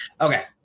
Okay